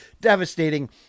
devastating